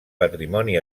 patrimoni